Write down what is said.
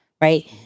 right